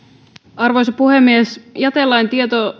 arvoisa puhemies jätelain